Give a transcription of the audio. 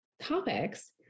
topics